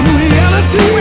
reality